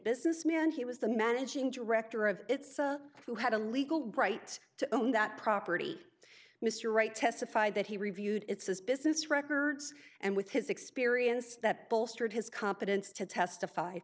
businessman he was the managing director of its who had a legal bright to own that property mr right testified that he reviewed it's his business records and with his experience that bolstered his competence to testify